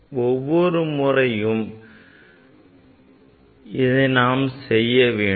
இதனை ஒவ்வொரு முறையும் செய்ய வேண்டும்